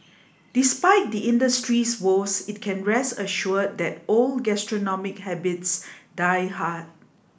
despite the industry's woes it can rest assured that old gastronomic habits die hard